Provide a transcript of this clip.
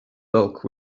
bulk